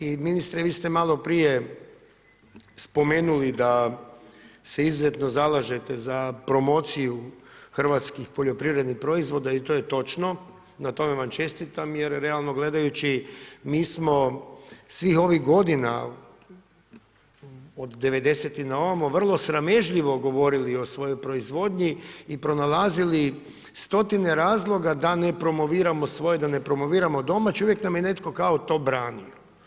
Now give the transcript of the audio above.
I ministre vi ste maloprije spomenuli da se izuzetno zalažete za promociju hrvatskih poljoprivrednih proizvoda i to je točno, na tome vam čestitam jer realno gledajući mi smo svih ovih godina od 90. na ovamo vrlo sramežljivo govorili o svojoj proizvodnji i pronalazili stotine razloga da ne promoviramo svoje, da ne promoviramo domaće i uvijek nam je netko to branio.